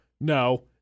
no